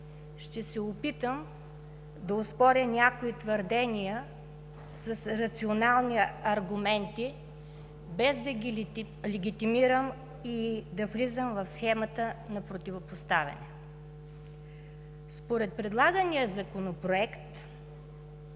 Ще се опитам да оспоря някои твърдения с рационални аргументи, без да ги легитимирам и да влизам в схемата на противопоставяне. Според предлагания законопроект,